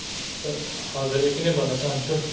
हजुर यति नै भन्न चाहन्छु